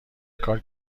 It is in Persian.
کار